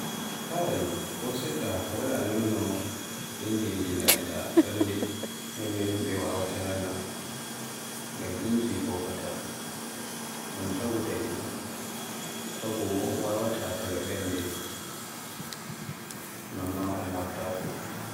Kay seɗɗa wala nonno injiji nanata ɓernde non no yimɓe wawaata nana. Ngam inji fofaata. Un taagu taggi ɗum. Taagu bo wawaata yaga ɓernde. Non ma un wattako.